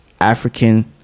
African